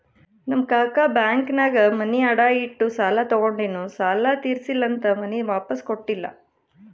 ನಮ್ ಕಾಕಾ ಬ್ಯಾಂಕ್ನಾಗ್ ಮನಿ ಅಡಾ ಇಟ್ಟು ಸಾಲ ತಗೊಂಡಿನು ಸಾಲಾ ತಿರ್ಸಿಲ್ಲಾ ಅಂತ್ ಮನಿ ವಾಪಿಸ್ ಕೊಟ್ಟಿಲ್ಲ